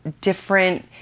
different